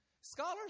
Scholars